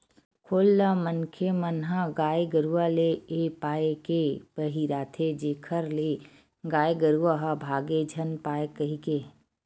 खोल ल मनखे मन ह गाय गरुवा ले ए पाय के पहिराथे जेखर ले गाय गरुवा ह भांगे झन पाय कहिके